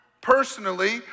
personally